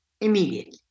immediately